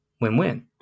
win-win